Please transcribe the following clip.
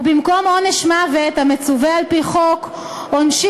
ובמקום עונש מוות המצווה על-פי חוק עונשים